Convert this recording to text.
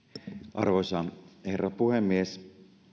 arvoisa herra puhemies